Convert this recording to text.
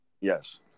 Yes